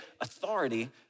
authority